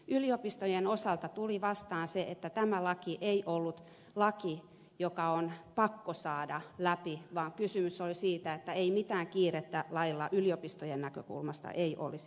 yliopistojen osalta tuli vastaan se että tämä laki ei ollut laki joka on pakko saada läpi vaan kysymys on siitä että mitään kiirettä lailla yliopistojen näkökulmasta ei olisi ollut